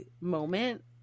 moment